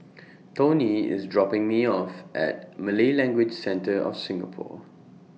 Toni IS dropping Me off At Malay Language Centre of Singapore